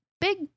big